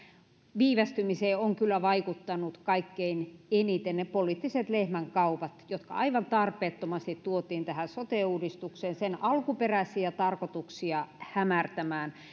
viivästymiseen ovat kyllä vaikuttaneet kaikkein eniten ne poliittiset lehmänkaupat jotka aivan tarpeettomasti tuotiin tähän sote uudistukseen sen alkuperäisiä tarkoituksia hämärtämään